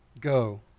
Go